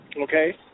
Okay